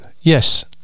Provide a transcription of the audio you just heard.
yes